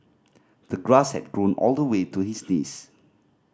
the grass had grown all the way to his knees